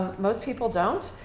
most people don't.